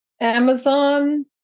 Amazon